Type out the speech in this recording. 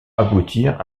aboutir